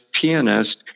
pianist